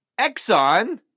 Exxon